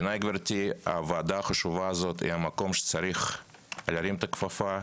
בעיניי הוועדה החשובה הזאת היא המקום שצריך להרים את הכפפה,